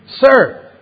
sir